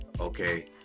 okay